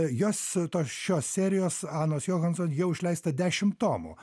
jos tos šios serijos anos johanson jau išleista dešimt tomų